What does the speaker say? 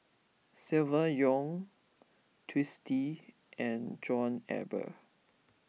Silvia Yong Twisstii and John Eber